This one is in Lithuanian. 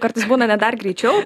kartais būna net dar greičiau